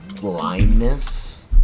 blindness